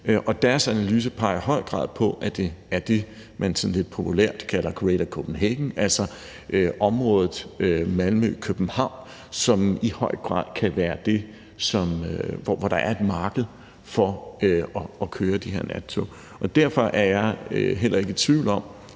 Deres analyse peger i høj grad på, at det er det, man sådan lidt populært kalder Greater Copenhagen, altså området Malmø-København, som i høj grad kan være der, hvor der er et marked for at køre de her nattog. Kl. 10:40 Derfor er jeg heller ikke i tvivl om,